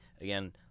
again